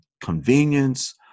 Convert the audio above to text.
convenience